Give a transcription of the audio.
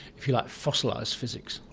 if you like, fossilised physics?